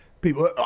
people